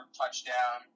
touchdown